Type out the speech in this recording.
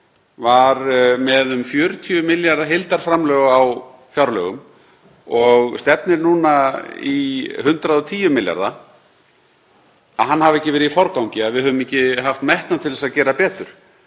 var með um 40 milljarða heildarframlög á fjárlögum og stefnir núna í 110 milljarða, hafi ekki verið í forgangi, að við höfum ekki haft metnað til þess að gera betur.